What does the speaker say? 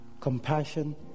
compassion